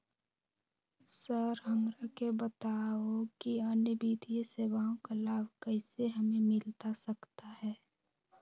Sir हमरा के बताओ कि अन्य वित्तीय सेवाओं का लाभ कैसे हमें मिलता सकता है?